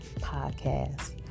Podcast